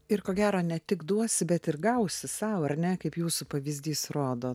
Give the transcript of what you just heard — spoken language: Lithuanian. ir ko gero ne tik duosi bet ir gausi sau ar ne kaip jūsų pavyzdys rodo